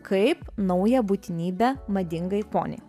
kaip naują būtinybę madingai poniai